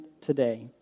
today